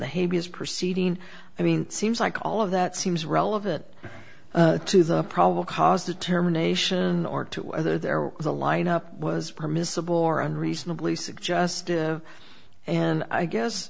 the hague is proceeding i mean it seems like all of that seems relevant to the probable cause determination or to whether there was a line up was permissible or unreasonably suggested and i guess